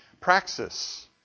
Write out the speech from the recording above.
praxis